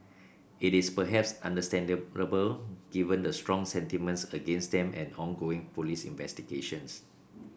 it is perhaps understandable given the strong sentiments against them and ongoing police investigations